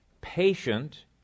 patient